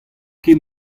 ket